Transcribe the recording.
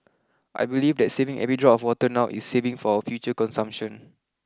I believe that saving every drop of water now is saving for our future consumption